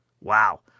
Wow